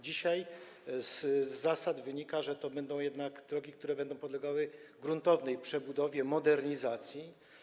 Dzisiaj z zasad wynika, że będą to jednak drogi, które będą podlegały gruntownej przebudowie, modernizacji.